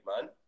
man